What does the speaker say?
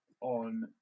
On